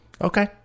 okay